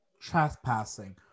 trespassing